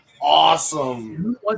awesome